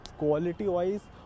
quality-wise